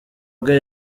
bwe